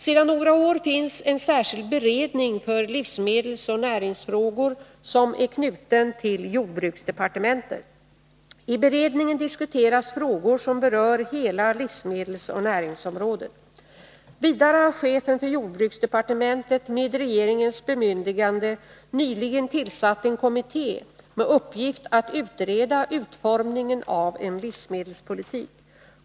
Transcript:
Sedan några år finns en särskild beredning för livsmedelsoch näringsfrågor som är knuten till jordbruksdepartementet. I beredningen diskuteras frågor som berör hela livsmedelsoch näringsområdet. Vidare har chefen för jordbruksdepartementet med regeringens bemyndigande nyligen tillsatt en kommitté med uppgift att utreda utformningen av en livsmedelspolitik.